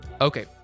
Okay